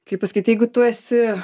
kaip pasakyt jeigu tu esi